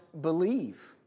believe